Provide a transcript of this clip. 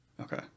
okay